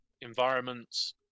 environments